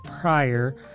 prior